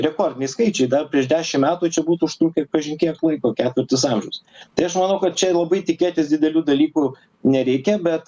rekordiniai skaičiai dar prieš dešim metų čia būtų užtrukę kažin kiek laiko ketvirtis amžiaus tai aš manau kad čia labai tikėtis didelių dalykų nereikia bet